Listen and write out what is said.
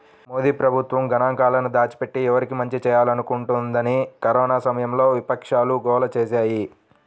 మోదీ ప్రభుత్వం గణాంకాలను దాచిపెట్టి, ఎవరికి మంచి చేయాలనుకుంటోందని కరోనా సమయంలో విపక్షాలు గోల చేశాయి